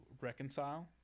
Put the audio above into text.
reconcile